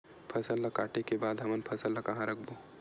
फसल ला काटे के बाद हमन फसल ल कहां रखबो?